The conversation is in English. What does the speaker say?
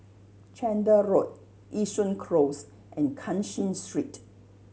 Chander Road Yishun Close and Cashin Street